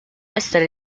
essere